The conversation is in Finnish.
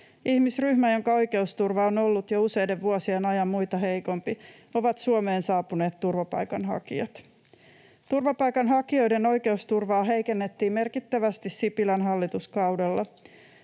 ihmisryhmä, jonka oikeusturva on ollut jo useiden vuosien ajan muita heikompi, ovat Suomeen saapuneet turvapaikanhakijat. Turvapaikanhakijoiden oikeusturvaa heikennettiin merkittävästi Sipilän hallituskaudella.